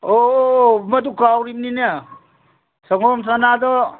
ꯑꯣ ꯑꯣ ꯑꯣ ꯃꯗꯨ ꯀꯥꯎꯔꯤꯝꯅꯤꯅꯦ ꯁꯪꯒꯣꯝ ꯁꯅꯥꯗꯣ